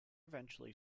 eventually